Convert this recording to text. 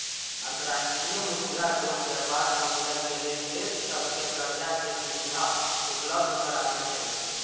अंतर्राष्ट्रीय मुद्रा कोष व्यापार संतुलन के लेल देश सभके करजाके सुभिधा उपलब्ध करबै छइ